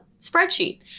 spreadsheet